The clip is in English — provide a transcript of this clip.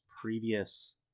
previous